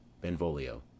Benvolio